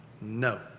no